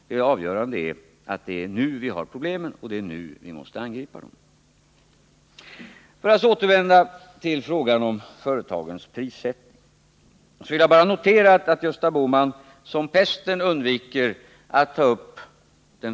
Det avgörande är att det är nu vi har problemen och det är nu vi måste angripa dem. 3 För att så återvända till frågan om företagens prissättning vill jag bara notera att Gösta Bohman undviker den fråga jag ställde som pesten.